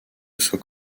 soient